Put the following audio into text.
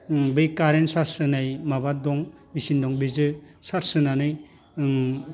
उम बै current charge होनाय माबा दं मेचिन दं बेजो चार्स होनानै उम